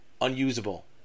unusable